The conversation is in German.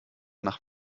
nach